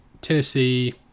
Tennessee